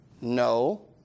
No